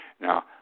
Now